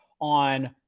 on